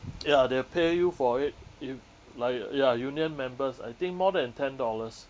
ya they'll pay you for it if like ya union members I think more than ten dollars